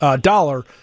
dollar